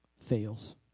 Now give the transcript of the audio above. fails